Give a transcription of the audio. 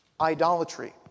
idolatry